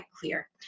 clear